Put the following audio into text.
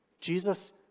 Jesus